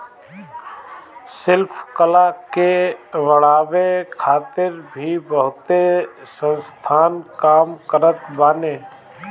शिल्प कला के बढ़ावे खातिर भी बहुते संस्थान काम करत बाने